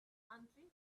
country